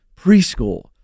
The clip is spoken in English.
preschool